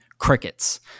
crickets